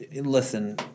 listen